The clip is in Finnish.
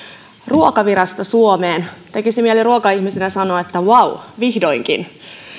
ruokavirasto suomeen tekisi mieli ruokaihmisenä sanoa että vau vihdoinkin